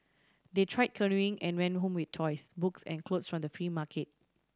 they try canoeing and went home with toys books and clothes from the free market